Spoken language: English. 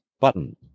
button